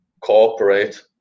cooperate